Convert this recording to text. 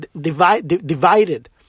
divided